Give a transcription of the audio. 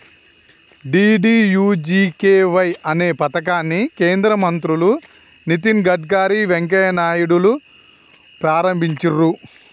DDUGKY అనే పథకాన్ని కేంద్ర మంత్రులు నితిన్ గడ్కరీ, వెంకయ్య నాయుడులు ప్రారంభించిర్రు